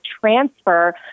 transfer